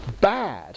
bad